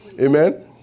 Amen